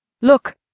Look